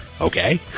Okay